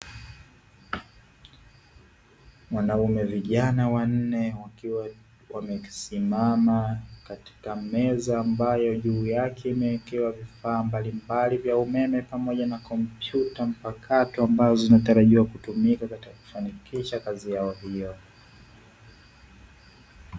Wanaume (vijana) wanne wakiwa wamesimama katika meza ambayo juu yake imewekewa vifaa mbalimbali vya umeme pamoja na kompyuta mpakato, ambazo zinatarajiwa kutumika katika kufanikisha kazi yao hiyo.